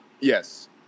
yes